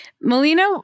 Melina